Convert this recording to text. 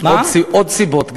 עוד סיבות.